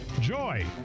Joy